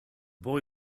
boy